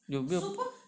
有没有